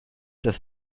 das